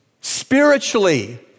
spiritually